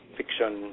fiction